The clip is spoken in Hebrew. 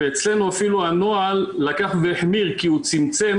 ואצלנו הנוהל לקח והחמיר כי הוא צמצם